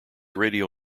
radio